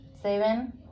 seven